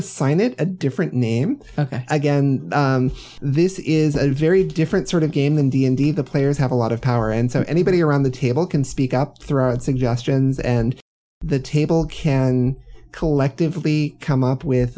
assign it a different name again this is a very different sort of game than d m d the players have a lot of power and so anybody around the table can speak up through our suggestions and the table can collectively come up with